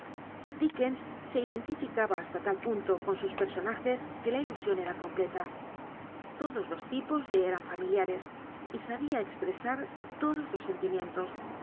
dickens se iclontificaba hasta tal punto con sus personajes que la ilusion era completa todos los tipos le eran familiares y sabia expresar todos los